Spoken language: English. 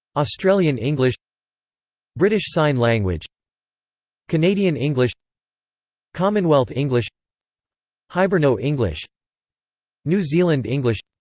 australian english british sign language canadian english commonwealth english hiberno-english new zealand english